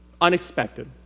unexpected